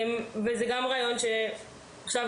זה גם רעיון שיכול